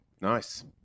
nice